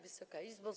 Wysoka Izbo!